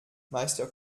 meister